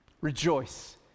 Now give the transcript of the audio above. Rejoice